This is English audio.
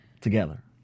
together